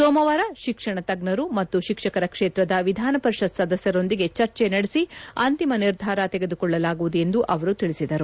ಸೋಮವಾರ ಶಿಕ್ಷಣ ತಜ್ಞರು ಮತ್ತು ಶಿಕ್ಷಕರ ಕ್ಷೇತ್ರದ ವಿಧಾನ ಪರಿಷತ್ ಸದಸ್ಕರೊಂದಿಗೆ ಚರ್ಚೆ ನಡೆಸಿ ಅಂತಿಮ ನಿರ್ಧಾರ ತೆಗೆದುಕೊಳ್ಳಲಾಗುವುದು ಎಂದು ಅವರು ತಿಳಿಸಿದರು